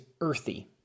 earthy